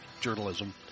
journalism